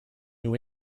new